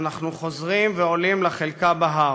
אנחנו חוזרים ועולים לחלקה בהר,